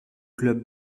club